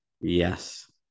Yes